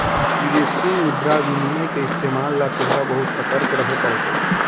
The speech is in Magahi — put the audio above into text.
विदेशी मुद्रा विनिमय के इस्तेमाल ला तोहरा बहुत ससतर्क रहे पड़तो